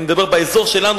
אני מדבר באזור שלנו,